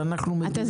אנחנו